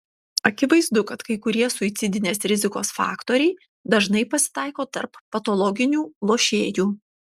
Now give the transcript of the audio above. akivaizdu kad kai kurie suicidinės rizikos faktoriai dažnai pasitaiko tarp patologinių lošėjų